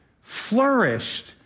flourished